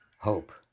Hope